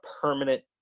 permanent